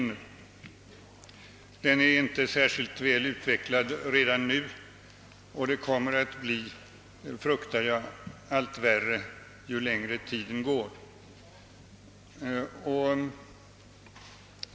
Ansvarskänislan är inte särskilt väl utvecklad redan nu och jag fruktar att det kommer att bli allt värre ju mer tiden går.